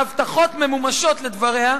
ההבטחות ממומשות, לדבריה,